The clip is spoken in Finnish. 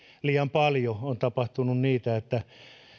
liian paljon on tapahtunut sitä että